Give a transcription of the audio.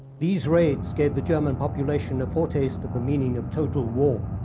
these raids gave the german population a foretaste of the meaning of total war.